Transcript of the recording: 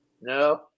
No